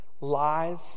lies